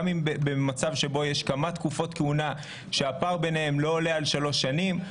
גם אם במצב שבו יש כמה תקופות כהונה שהפער ביניהן לא עולה על שלוש שנים,